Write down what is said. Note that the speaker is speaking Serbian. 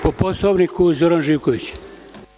Po Poslovniku Zoran Živković.